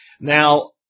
Now